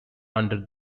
under